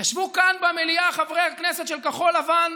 ישבו כאן במליאה חברי הכנסת של כחול לבן,